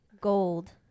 Gold